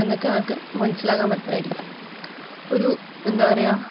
എന്നൊക്കെ അവർക്ക് മനസ്സിലാക്കാൻ പറ്റുമായിരിക്കും ഒരു എന്താ പറയുക